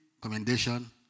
commendation